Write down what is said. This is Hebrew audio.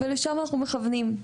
ולשם אנחנו מכוונים.